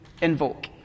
invoke